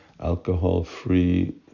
Alcohol-free